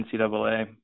NCAA